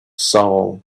soul